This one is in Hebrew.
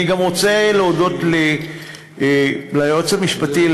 אני גם רוצה להודות ליועץ המשפטי,